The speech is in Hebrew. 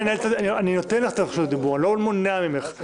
אני נותן לך את רשות הדיבור, אני לא מונע ממך.